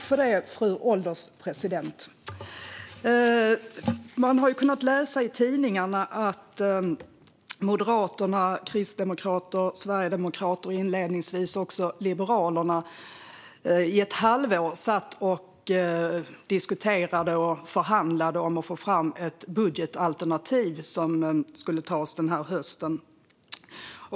Fru ålderspresident! I tidningarna har man kunnat läsa att Moderaterna, Kristdemokraterna, Sverigedemokraterna och inledningsvis också Liberalerna satt i ett halvår och diskuterade och förhandlade om att få fram ett budgetalternativ som skulle tas den här hösten.